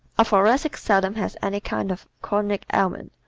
a thoracic seldom has any kind of chronic ailment.